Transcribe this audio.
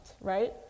right